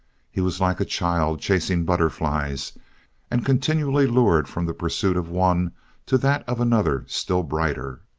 he was like a child chasing butterflies and continually lured from the pursuit of one to that of another still brighter.